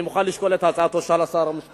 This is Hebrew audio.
אני מוכן לשקול את הצעת שר המשפטים,